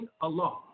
Allah